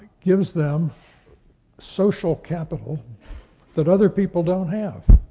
gives them social capital that other people don't have.